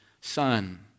son